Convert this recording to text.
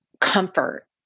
comfort